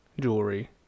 jewelry